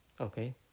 Okay